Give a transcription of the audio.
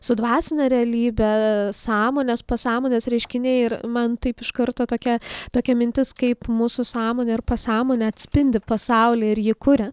su dvasine realybe sąmonės pasąmonės reiškiniai ir man taip iš karto tokia tokia mintis kaip mūsų sąmonė ar pasąmonė atspindi pasaulį ir jį kuria